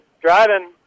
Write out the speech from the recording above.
driving